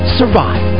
survive